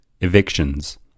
evictions